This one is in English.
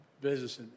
business